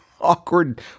awkward